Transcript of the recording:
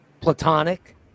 Platonic